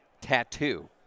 tattoo